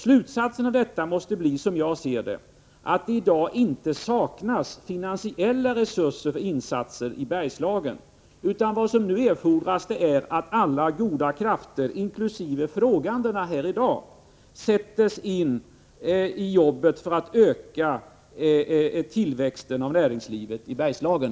Slutsatsen av detta måste, som jag ser det, bli att det i dag inte saknas finansiella resurser för insatser i Bergslagen, utan vad som nu erfordras är att alla goda krafter, inkl. frågeställarna här i dag, sätts in i jobbet för att öka tillväxten av näringslivet i Bergslagen.